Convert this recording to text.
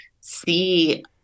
see